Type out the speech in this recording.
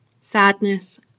sadness